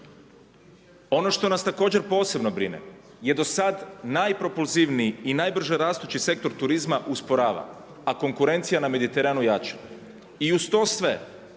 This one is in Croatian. Ono što nas također posebno brine je do sad najpropulzivniji i najbrže rastući sektor turizma usporava, a konkurencija na Mediteranu jača. I uz to sve